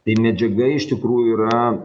tai medžiaga iš tikrųjų yra